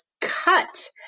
cut